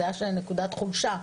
שזו היתה נקודת חולשה.